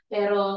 Pero